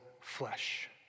flesh